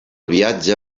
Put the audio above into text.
viatge